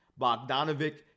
Bogdanovic